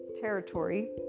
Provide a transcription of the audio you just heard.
territory